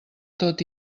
tot